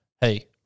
hey